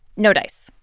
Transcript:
no dice.